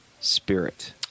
spirit